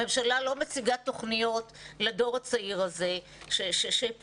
הממשלה לא מציגה תוכניות לדור הצעיר הזה שפוטר,